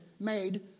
...made